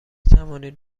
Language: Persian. توانید